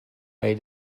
bei